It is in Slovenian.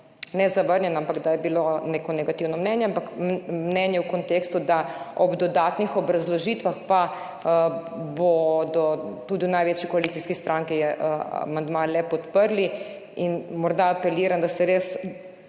bil zavrnjen, ampak da je bilo neko negativno mnenje, ampak mnenje v kontekstu, da pa bodo ob dodatnih obrazložitvah tudi v največji koalicijski stranki amandma le podprli. Morda apeliram, da se res